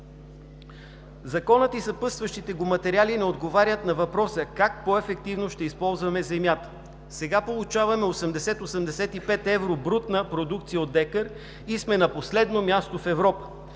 Законът и съпътстващите го материали не отговарят на въпроса как по-ефективно ще използваме земята? Сега получаваме 80 – 85 евро брутна продукция от декар и сме на последно място в Европа.